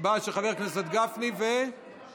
ההצבעה של חבר הכנסת לא נקלטה.